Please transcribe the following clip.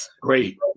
great